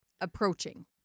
approaching